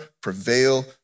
prevail